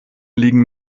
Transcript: liegen